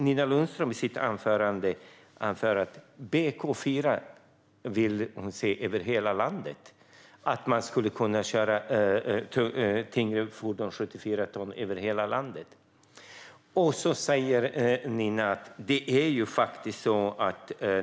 Nina Lundström vill se BK4 över hela landet och att man alltså ska kunna köra 74-tons fordon över hela landet.